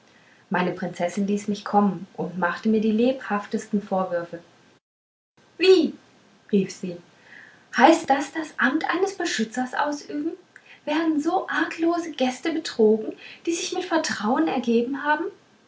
meine prinzessin ließ mich kommen und machte mir die lebhaftesten vorwürfe wie rief sie heißt das das amt eines beschützers ausüben werden so arglose gäste betrogen die sich mit vertrauen ergeben haben